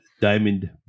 Diamond